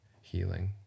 healing